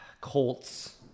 Colts